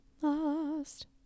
Lost